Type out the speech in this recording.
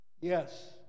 yes